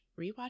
rewatch